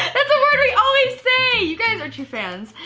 that's a word we always say, you guys are true fans.